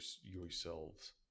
yourselves